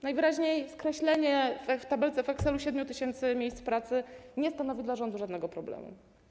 Najwyraźniej skreślenie w tabelce w Excelu 7 tys. miejsc pracy nie stanowi dla rządu żadnego problemu.